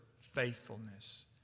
faithfulness